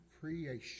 creation